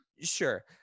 Sure